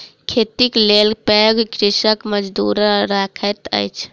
खेतीक लेल पैघ कृषक मजदूर रखैत अछि